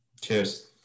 Cheers